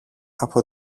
από